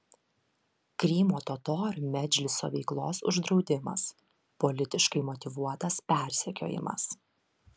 krymo totorių medžliso veiklos uždraudimas politiškai motyvuotas persekiojimas